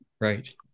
Right